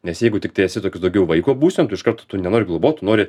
nes jeigu tiktai esi toks daugiau vaiko būsenoj tu iškart tu nenori globot tu nori